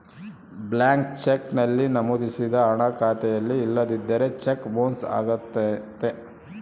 blank cheque ನಲ್ಲಿ ನಮೋದಿಸಿದ ಹಣ ಖಾತೆಯಲ್ಲಿ ಇಲ್ಲದಿದ್ದರೆ ಚೆಕ್ ಬೊನ್ಸ್ ಅಗತ್ಯತೆ